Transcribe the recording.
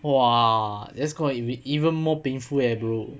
!wah! that's going to be even more painful eh bro